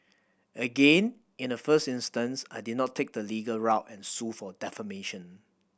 again in the first instance I did not take the legal route and sue for defamation